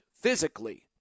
physically